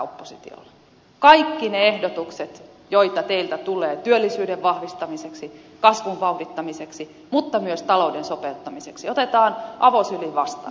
kaikki ne ehdotukset joita teiltä tulee työllisyyden vahvistamiseksi kasvun vauhdittamiseksi mutta myös talouden sopeuttamiseksi otetaan avosylin vastaan